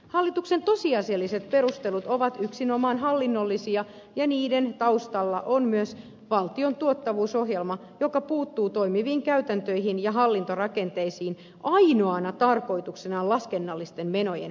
hallituksen tosiasialliset perustelut ovat yksinomaan hallinnollisia ja niiden taustalla on myös valtion tuottavuusohjelma joka puuttuu toimiviin käytäntöihin ja hallintorakenteisiin ainoana tarkoituksenaan laskennallisten menojen vähentäminen